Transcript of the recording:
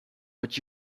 but